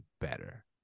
better